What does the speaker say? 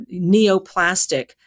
neoplastic